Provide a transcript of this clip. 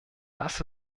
das